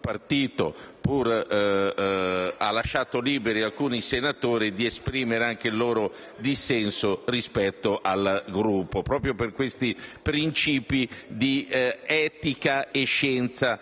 partito ha lasciato liberi alcuni senatori di esprimere il loro dissenso rispetto alla posizione del Gruppo, proprio perché i principi di etica e scienza